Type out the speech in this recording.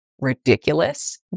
ridiculous